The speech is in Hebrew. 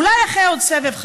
אולי אחרי עוד סבב,